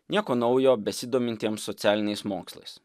nieko naujo besidomintiems socialiniais mokslais